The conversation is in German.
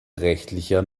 rechtlicher